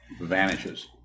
vanishes